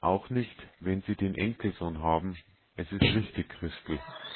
auch nicht wenn sie den enkelsohn haben es ist richtig christel